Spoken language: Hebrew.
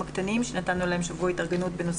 של תקנות אלה לעניין מפעיל אווירי כאמור בתקנה 10(ב),